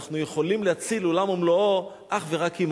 ואנחנו יכולים להציל עולם ומלואו אך ורק עם